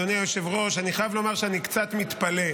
אדוני היושב-ראש, אני חייב לומר שאני קצת מתפלא.